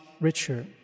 richer